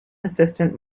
assistant